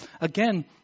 Again